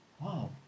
wow